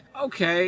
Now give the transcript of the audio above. okay